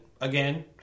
again